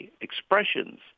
expressions